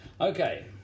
Okay